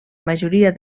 majoria